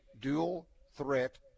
dual-threat